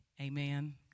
Amen